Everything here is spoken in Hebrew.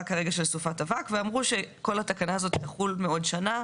כרגע של סופת אבק ואמרו שכל התקנה הזאת תחול מעוד שנה,